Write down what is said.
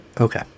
okay